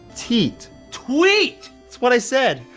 teet? tweet! that's what i said.